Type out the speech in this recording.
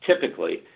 typically